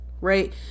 right